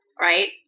right